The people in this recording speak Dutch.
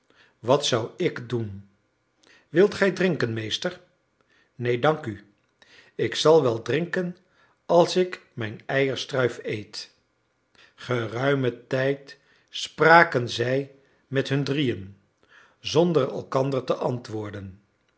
wat zou ik doen wilt gij drinken meester neen dank u ik zal wel drinken als ik mijn eierstruif eet geruimen tijd spraken zij met hun drieën zonder elkander te antwoorden